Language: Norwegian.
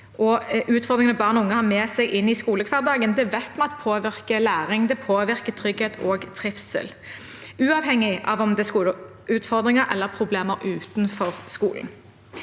Utfordringene barn og unge har med seg inn i skolehverdagen, vet vi at påvirker læring, trygghet og trivsel, uavhengig av om det er skoleutfordringer eller problemer utenfor skolen.